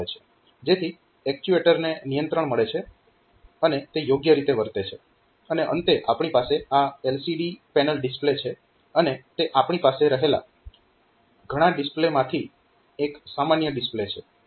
જેથી એક્ટ્યુએટરને નિયંત્રણ મળે છે અને તે યોગ્ય રીતે વર્તે છે અને અંતે આપણી પાસે આ LCD પેનલ ડિસ્પ્લે છે અને તે આપણી પાસે રહેલા ઘણા ડિસ્પ્લેમાંથી એક સામાન્ય ડિસ્પ્લે છે